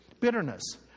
Bitterness